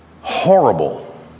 horrible